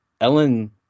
Ellen